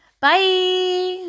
bye